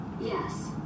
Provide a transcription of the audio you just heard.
Yes